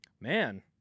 Man